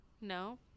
No